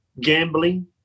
gambling